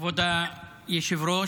השר,